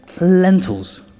lentils